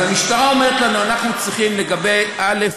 אז המשטרה אומרת לנו: אנחנו צריכים לגבי א',